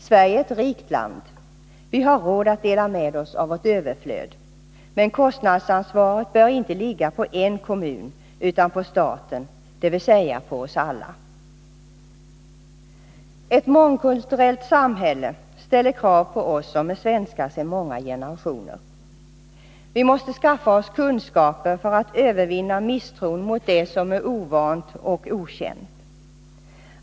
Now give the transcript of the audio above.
Sverige är ett rikt land — vi har råd att dela med oss av vårt överflöd — men kostnadsansvaret bör inte ligga på en kommun utan på staten, dvs. på oss alla. Ett mångkulturellt samhälle ställer krav på oss som är svenskar sedan många generationer. Vi måste skaffa oss kunskaper för att övervinna misstron mot det som är ovant och okänt.